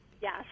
Yes